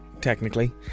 Technically